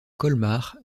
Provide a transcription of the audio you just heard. colmar